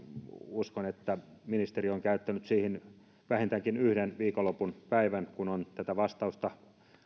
uskon että ministeri on käyttänyt siihen vähintäänkin yhden viikonlopun päivän kun on tätä vastausta